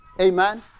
Amen